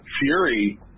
fury